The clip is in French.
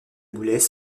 boulets